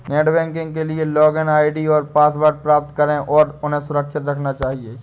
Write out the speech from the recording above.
net banking के लिए login ID और पासवर्ड प्राप्त करें और उन्हें सुरक्षित रखना चहिये